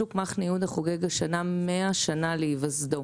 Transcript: שוק מחנה יהודה חוגג השנה 100 שנה להיווסדו.